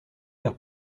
faire